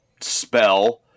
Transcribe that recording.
spell